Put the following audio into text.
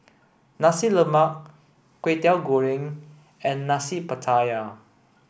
Nasi Lemak Kway Teow Goreng and Nasi Pattaya